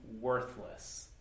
worthless